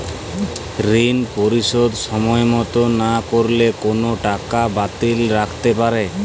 ঋন পরিশোধ সময় মতো না করলে কতো টাকা বারতি লাগতে পারে?